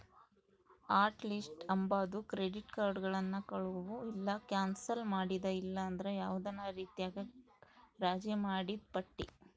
hot list ಅಂಬಾದು credit ಕಾರ್ಡುಗುಳ್ನ ಕಳುವು ಇಲ್ಲ ಕ್ಯಾನ್ಸಲ್ ಮಾಡಿದ ಇಲ್ಲಂದ್ರ ಯಾವ್ದನ ರೀತ್ಯಾಗ ರಾಜಿ ಮಾಡಿದ್ ಪಟ್ಟಿ